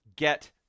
get